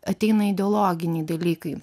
ateina ideologiniai dalykai